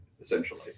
Essentially